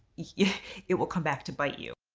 yeah it will come back to bite you.